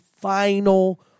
final